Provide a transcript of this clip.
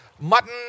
mutton